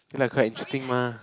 okay lah quite interesting mah